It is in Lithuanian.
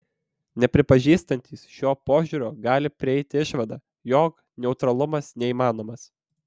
nepripažįstantys šio požiūrio gali prieiti išvadą jog neutralumas neįmanomas